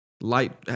Light